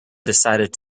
decided